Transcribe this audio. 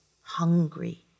hungry